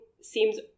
seems